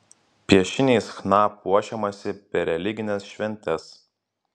piešiniais chna puošiamasi per religines šventes